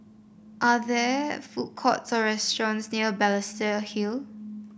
are there food courts or restaurants near Balestier Hill